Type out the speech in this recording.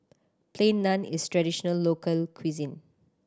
Plain Naan is traditional local cuisine